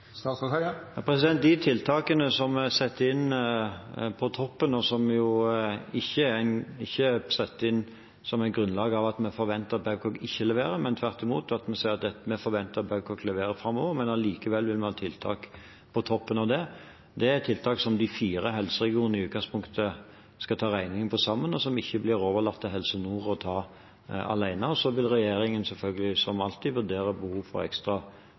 De tiltakene som vi setter inn på toppen, er ikke satt inn på grunnlag av at vi forventer at Babcock ikke leverer. Tvert imot forventer vi at Babcock leverer framover, men vi vil allikevel ha tiltak på toppen av det. Det er tiltak som de fire helseregionene i utgangspunktet skal ta regningen for sammen, og som ikke blir overlatt til Helse Nord å ta alene. Og så vil regjeringen selvfølgelig, som alltid, vurdere behovet for